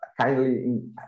kindly